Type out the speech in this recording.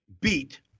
beat